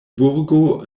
burgo